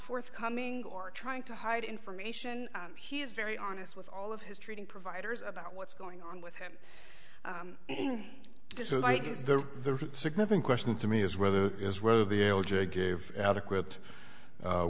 forthcoming or trying to hide information he's very honest with all of his treating providers about what's going on with him in this is why it is the significant question to me is whether is whether the o j gave adequate